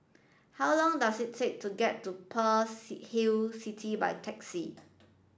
how long does it take to get to Pearl's Hill City by taxi